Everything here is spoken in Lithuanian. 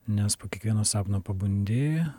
nes po kiekvieno sapno pabundi